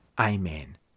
Amen